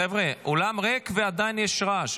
חבר'ה, האולם ריק ועדיין יש רעש.